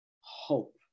hope